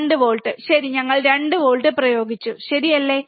2 volt ശരി ഞങ്ങൾ 2 volt പ്രയോഗിച്ചു ശരിയല്ലേ